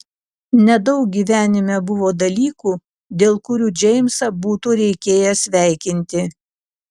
nedaug gyvenime buvo dalykų dėl kurių džeimsą būtų reikėję sveikinti